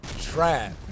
trap